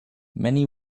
many